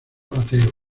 ateo